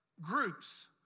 groups